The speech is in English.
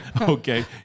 Okay